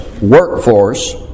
workforce